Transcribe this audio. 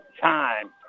time